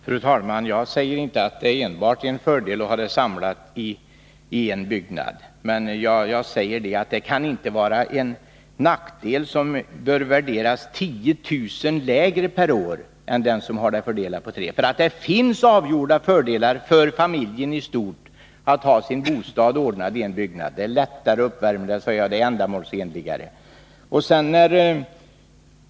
Fru talman! Jag säger inte att det enbart är en fördel att ha bostadsytan samladi en byggnad, men jag anser inte att det kan vara till så stor nackdel att det bör värderas 10 000 kr. lägre per år än att ha ytan fördelad på tre byggnader. Det finns nämligen avgjorda fördelar i stort för familjen att ha sin bostad i en byggnad. Det är lättare att uppvärma den och mer ändamålsenligt.